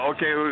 Okay